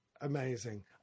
amazing